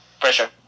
Pressure